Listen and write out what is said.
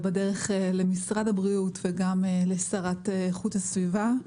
ובדרך למשרד הבריאות וגם לשרה לאיכות הסביבה,